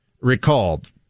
recalled